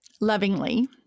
lovingly